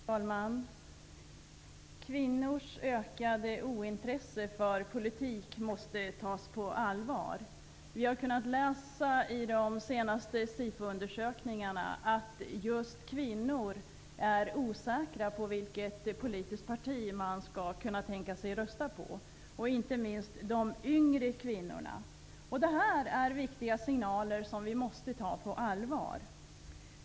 Herr talman! Kvinnors ökade ointresse för politik måste tas på allvar. Vi har kunnat läsa i de senaste SIFO-undersökningarna att just kvinnor är osäkra på vilket politiskt parti de skall kunna tänka sig att rösta på. Inte minst gäller detta de yngre kvinnorna. Detta är viktiga signaler som vi måste ta på allvar.